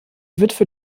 witwe